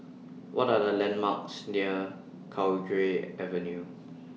What Are The landmarks near Cowdray Avenue